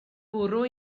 bwrw